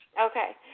Okay